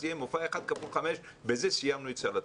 יהיה מופע אחד כפול חמש ובזה סיימנו את סל התרבות.